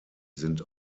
sind